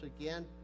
again